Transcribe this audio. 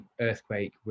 earthquake